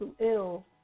ill